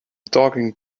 talking